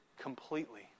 completely